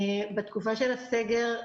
בתקופה של הסגר,